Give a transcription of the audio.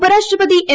ഉപരാഷ്ട്രപതി എം